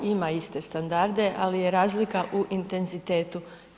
Ima iste standarde, ali je razlika u intenzitetu.